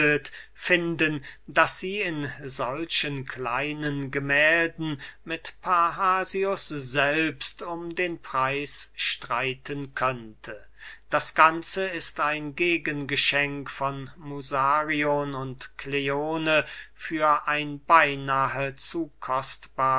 finden daß sie in solchen kleinen gemählden mit parrhasius selbst um den preis streiten könnte das ganze ist ein gegengeschenk von musarion und kleone für ein beynahe zu kostbares